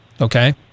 Okay